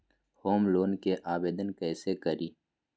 Home loan के आवेदन कैसे करि?